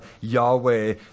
Yahweh